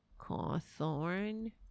Cawthorn